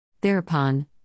Thereupon